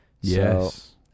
Yes